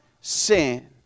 sin